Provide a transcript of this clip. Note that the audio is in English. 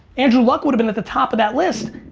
andrew luck would've been at the top of that list,